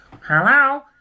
Hello